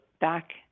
back